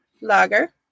Lager